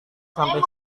sampai